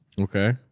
okay